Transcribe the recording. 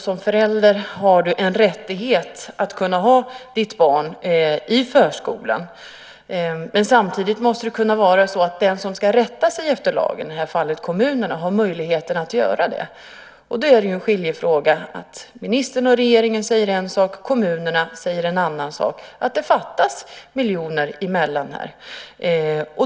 Som förälder har du en rättighet att ha ditt barn i förskolan. Men samtidigt måste den som ska rätta sig efter lagen, i det här fallet kommunerna, ha möjligheten att göra det. Här är det en skiljefråga. Ministern och regeringen säger en sak och kommunerna säger en annan sak, att det fattas miljoner.